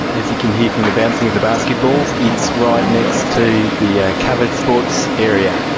as you can hear from the bouncing of the basketballs it's right next to the ah covered sports area.